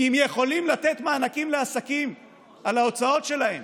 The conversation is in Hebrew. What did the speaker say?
כי אם יכולים לתת מענקים לעסקים על ההוצאות שלהם